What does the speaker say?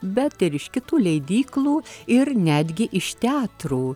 bet ir iš kitų leidyklų ir netgi iš teatrų